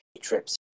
trips